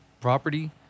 property